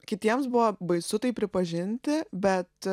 kitiems buvo baisu tai pripažinti bet